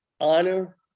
honor